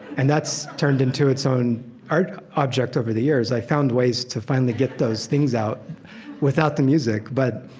and that's turned into its own art object over the years. i found ways to finally get those things out without the music. but,